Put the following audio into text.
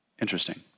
Interesting